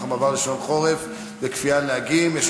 המעבר לשעון חורף וכפיית נהגים לנסוע בשבת.